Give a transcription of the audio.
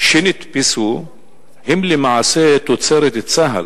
שנתפסו הם למעשה תוצרת צה"ל.